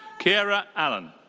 keira allen.